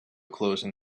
closing